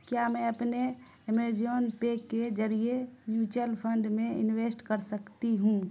کیا میں اپنے ایمیجون پے کے ذریعے میوچل فنڈ میں انویسٹ کر سکتی ہوں